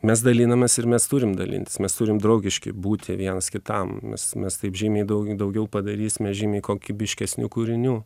mes dalinamės ir mes turim dalintis mes turim draugiški būti vienas kitam mes mes taip žymiai daugiau daugiau padarysime žymiai kokybiškesnių kūrinių